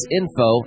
info